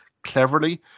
Cleverly